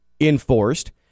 enforced